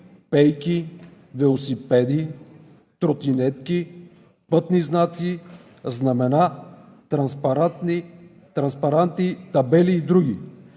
пейки, велосипеди, тротинетки, пътни знаци, знамена, транспаранти, табели и други.